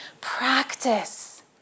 Practice